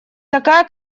такая